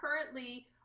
currently